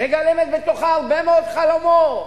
מגלמת בתוכה הרבה מאוד חלומות,